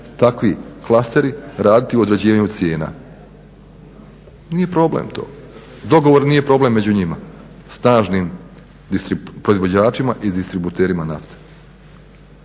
takvi klasteri raditi u određivanju cijena. Nije problem to. Dogovor nije problem među njima. Snažnim proizvođačima i distributerima nafte.